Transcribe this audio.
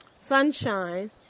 sunshine